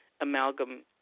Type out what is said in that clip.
amalgam